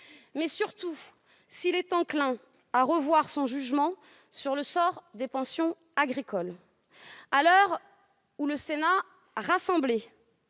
part, s'il est enclin à revoir son jugement sur le sort des pensions agricoles. À l'heure où le Sénat rassemblé